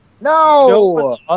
No